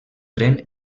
tren